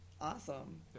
Awesome